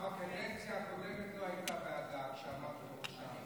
כבר בקדנציה הקודמת לא הייתה ועדה, כשעמדת בראשה.